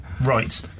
right